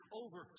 over